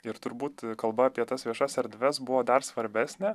ir turbūt kalba apie tas viešas erdves buvo dar svarbesnė